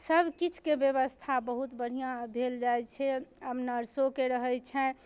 सब किछुके व्यवस्था बहुत बढ़िआँ भेल जाइ छै आब नर्सोके रहै छनि